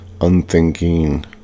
unthinking